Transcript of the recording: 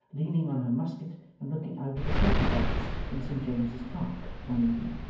leaning on her musket and looking out of a sentry-box in st james's park, one evening.